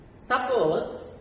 Suppose